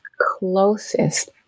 closest